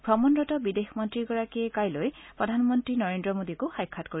ভ্ৰমণৰত বিদেশ মন্ত্ৰীগৰাকীয়ে কাইলৈ প্ৰধানমন্ত্ৰী নৰেন্দ্ৰ মোদীকো সাক্ষাৎ কৰিব